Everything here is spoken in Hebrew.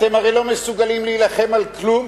אתם הרי לא מסוגלים להילחם על כלום